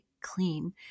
clean